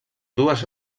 dues